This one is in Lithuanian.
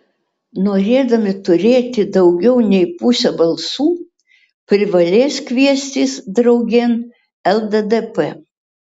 norėdami turėti daugiau nei pusę balsų privalės kviestis draugėn lddp